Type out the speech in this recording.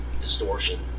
distortion